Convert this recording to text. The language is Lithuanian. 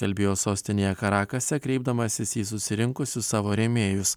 kalbėjo sostinėje karakase kreipdamasis į susirinkusius savo rėmėjus